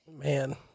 man